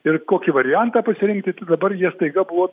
ir kokį variantą pasirinkti tai dabar jie staiga buvo